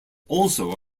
also